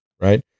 right